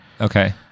Okay